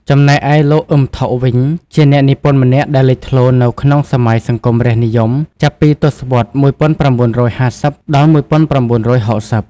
ចំណែកឯលោក អ៊ឹម ថុក វិញជាអ្នកនិពន្ធម្នាក់ដែលលេចធ្លោនៅក្នុងសម័យសង្គមរាស្ត្រនិយម ចាប់ពីទសវត្សរ៍ ១៩៥០-១៩៦០។